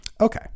okay